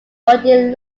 bodleian